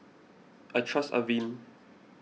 I trust Avene